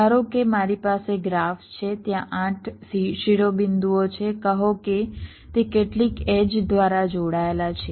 ધારો કે મારી પાસે ગ્રાફ છે ત્યાં 8 શિરોબિંદુઓ છે કહો કે તે કેટલીક એડ્જ દ્વારા જોડાયેલા છે